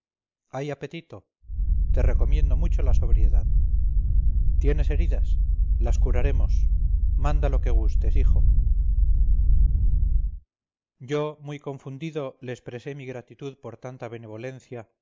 hay apetito te recomiendo mucho la sobriedad tienes heridas las curaremos manda lo que gustes hijo yo muy confundido le expresé mi gratitud por tanta benevolencia